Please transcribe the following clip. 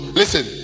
listen